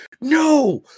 no